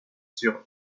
sur